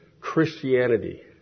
Christianity